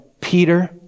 Peter